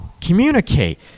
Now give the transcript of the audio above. communicate